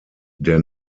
der